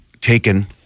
taken